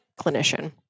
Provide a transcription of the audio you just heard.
clinician